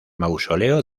mausoleo